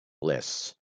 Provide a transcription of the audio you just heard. lists